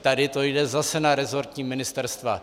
Tady to jde zase na resortní ministerstva.